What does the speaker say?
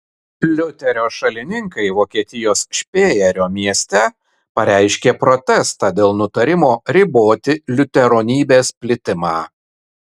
liuterio šalininkai vokietijos špėjerio mieste pareiškė protestą dėl nutarimo riboti liuteronybės plitimą